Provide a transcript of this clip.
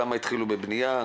כמה התחילו בבניה,